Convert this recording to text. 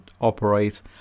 operate